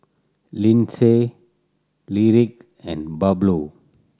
Lindsay Lyric and Pablo